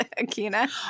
Akina